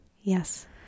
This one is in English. Yes